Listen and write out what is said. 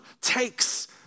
takes